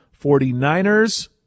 49ers